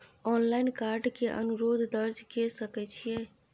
Online card के अनुरोध दर्ज के सकै छियै?